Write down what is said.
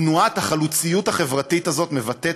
תנועת החלוציות החברתית הזאת מבטאת